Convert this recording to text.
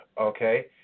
Okay